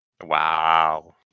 Wow